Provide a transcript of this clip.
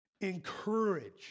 Encourage